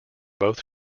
both